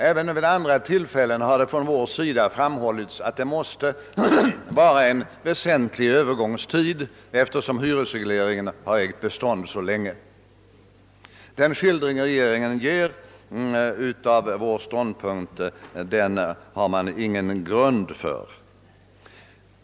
även vid andra tillfällen har det från vår sida framhållits att det behövs en väsentlig övergångstid, eftersom hvyresregleringen har ägt bestånd så länge. Den skildring regeringen ger av vårt ståndpunktstagande saknar grund.